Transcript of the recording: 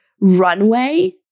runway